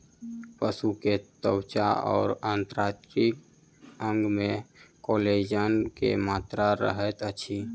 पशु के त्वचा और आंतरिक अंग में कोलेजन के मात्रा रहैत अछि